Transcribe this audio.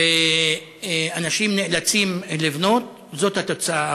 ואנשים נאלצים לבנות, זאת התוצאה.